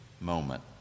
moment